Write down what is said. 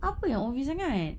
apa yang obvious sangat